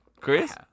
Chris